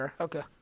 Okay